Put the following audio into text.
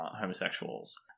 homosexuals